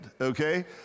okay